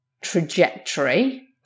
trajectory